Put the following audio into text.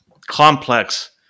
complex